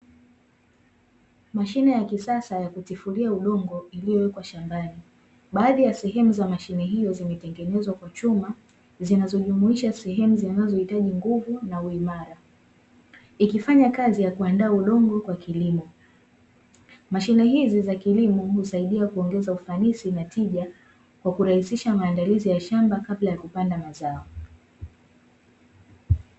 Mashine ya kisasa ya kutifulia udongo iliyowekwa shambani , baadhi ya sehemu za mashine hiyo zimetengenezwa kwa chuma zikijumiusha sehemu za zinazohitaji nguvu na uimara. Zikifanya kazi kwa kuanda udongo kwa kilimo, mashine hizi za kilimo husaidia kuongeza ufanisi na tija kwa kurahisisha maandalizi ya shamba kabla ya kupanda mazao.